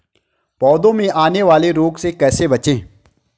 पौधों में आने वाले रोग से कैसे बचें?